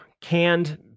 canned